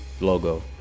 Logo